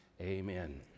Amen